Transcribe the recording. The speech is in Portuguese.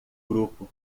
grupo